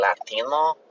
Latino